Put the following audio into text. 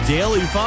Daily